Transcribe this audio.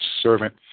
servant